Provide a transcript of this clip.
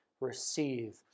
receive